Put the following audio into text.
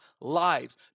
lives